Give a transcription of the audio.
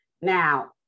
now